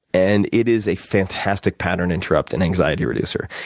and it is a fantastic pattern interrupt and anxiety reducer,